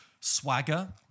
swagger